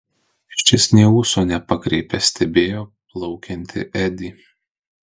šis nė ūso nepakreipė stebėjo plaukiantį edį